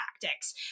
tactics